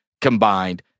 combined